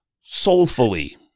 soulfully